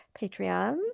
Patreons